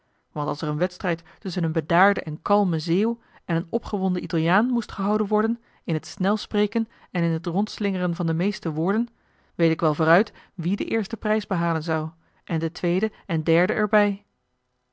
want als er een wedstrijd tusschen een bedaarden en kalmen zeeuw en een opgewonden italiaan moest gehouden worden in het snelspreken en in het rondslingeren van de meeste woorden weet ik wel vooruit wie den eersten prijs behalen zou en den tweeden en derden er